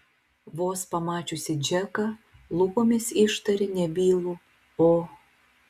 vos pamačiusi džeką lūpomis ištarė nebylų o